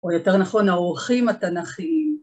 או יותר נכון, האורחים התנ"כיים.